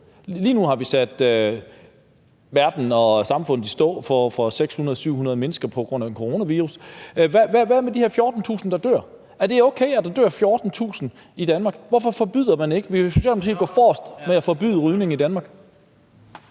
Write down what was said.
Lige nu har vi sat verden og samfundet i stå for 600-700 mennesker på grund af en coronavirus. Hvad med de her 14.000, der dør? Er det okay, at der dør 14.000 i Danmark? Hvorfor forbyder man ikke rygning? Vil Socialdemokratiet gå forrest med at forbyde rygning i Danmark?